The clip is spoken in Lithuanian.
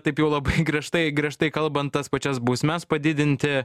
taip jau labai griežtai griežtai kalbant tas pačias bausmes padidinti